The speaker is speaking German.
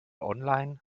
online